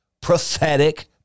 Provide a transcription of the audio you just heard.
prophetic